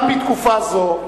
גם בתקופה זו,